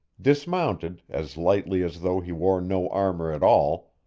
dismounted as lightly as though he wore no armor at all,